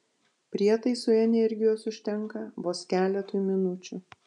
prietaisui energijos užtenka vos keletui minučių